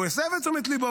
והוא הסב את תשומת ליבו,